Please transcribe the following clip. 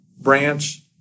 branch